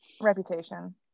reputation